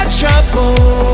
trouble